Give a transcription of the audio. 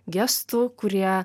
gestų kurie